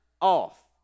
off